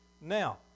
Now